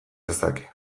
dezake